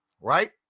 right